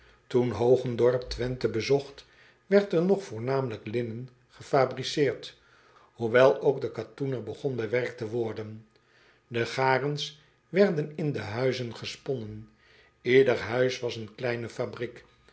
oen ogendorp wenthe bezocht werd er nog voornamelijk linnen gefabriceerd hoewel ook de katoen er begon bewerkt te worden e garens werden in de huizen gesponnen ieder huis was een kleine fabriek